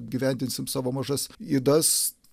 gyvendinsim savo mažas ydas